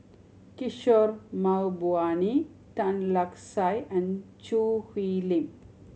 Kishore Mahbubani Tan Lark Sye and Choo Hwee Lim